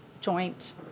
joint